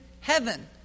heaven